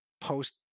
post